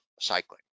cycling